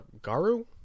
Garu